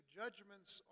judgments